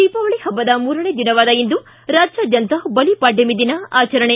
ದೀಪಾವಳ ಹಬ್ಬದ ಮೂರನೆಯ ದಿನವಾದ ಇಂದು ರಾಜ್ಯಾದ್ಯಂತ ಬಲಿಪಾಡ್ವಮಿ ದಿನ ಆಚರಣೆ